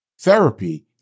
Therapy